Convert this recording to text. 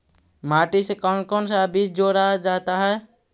माटी से कौन कौन सा बीज जोड़ा जाता है?